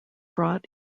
brought